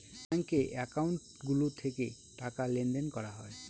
ব্যাঙ্কে একাউন্ট গুলো থেকে টাকা লেনদেন করা হয়